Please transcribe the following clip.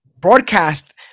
broadcast